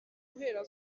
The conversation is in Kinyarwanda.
guhera